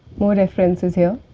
more references here.